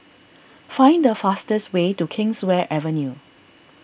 find the fastest way to Kingswear Avenue